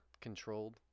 controlled